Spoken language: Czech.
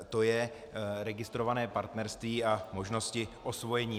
To je registrované partnerství a možnosti osvojení.